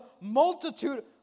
multitude